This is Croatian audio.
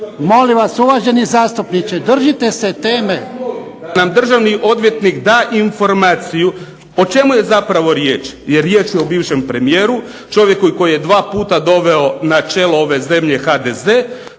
naknadno uključen./… Da nam državni odvjetnik da informaciju, o čemu je zapravo riječ, jer riječ je o bivšem premijeru, čovjeku koji je dva puta doveo na čelo ove zemlje HDZ,